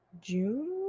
June